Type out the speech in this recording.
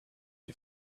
you